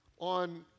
on